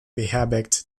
beherbergt